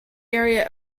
area